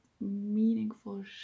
meaningful